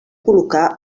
col·locar